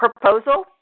proposal